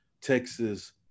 Texas